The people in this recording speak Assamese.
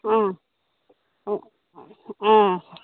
অঁ অঁ